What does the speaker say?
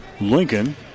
Lincoln